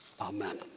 Amen